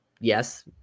yes